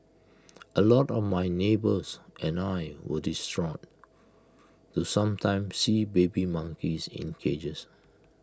A lot of my neighbours and I were distraught to sometimes see baby monkeys in cages